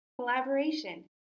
Collaboration